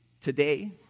today